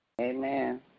Amen